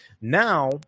Now